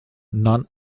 non